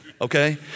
okay